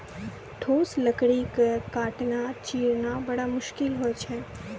ठोस लकड़ी क काटना, चीरना बड़ा मुसकिल होय छै